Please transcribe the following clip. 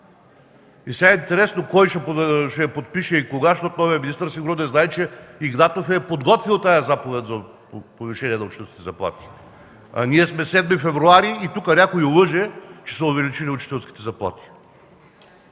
И сега интересно е кой ще я подпише и кога, защото новият министър сигурно не знае, че Игнатов е подготвил тази заповед за повишение на учителските заплати. А сега сме 7 февруари и някой лъже, че са се увеличили учителските заплати.